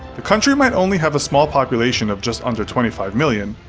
the country might only have a small population of just under twenty five million,